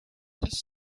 his